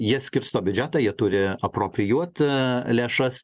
jie skirsto biudžetą jie turi aproprijuot lėšas